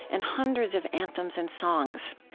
and hundreds of anthems and songs.